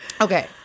Okay